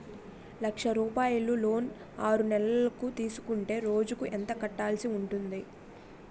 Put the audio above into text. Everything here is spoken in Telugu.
లక్ష రూపాయలు లోన్ ఆరునెలల కు తీసుకుంటే రోజుకి ఎంత కట్టాల్సి ఉంటాది?